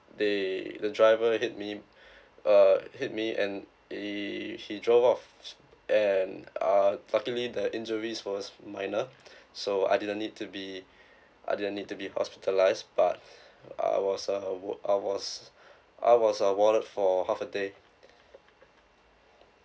they the driver hit me uh hit me and he he drove off and uh luckily the injuries was minor so I didn't need to be I didn't need to be hospitalised but I was uh wa~ I was I was uh warded for half a day